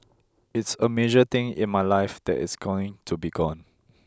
it's a major thing in my life that it's going to be gone